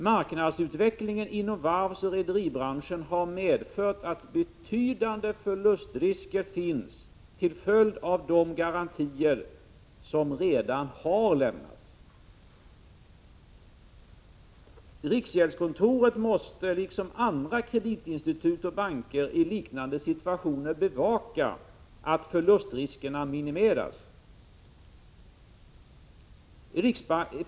Marknadsutvecklingen inom varvsoch rederibranschen har medfört att betydande förlustrisker finns till följd av de garantier som redan har lämnats. Riksgäldskontoret måste liksom andra kreditinstitut och banker i liknande situationer bevaka att förlustriskerna minimeras.